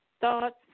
Thoughts